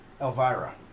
Elvira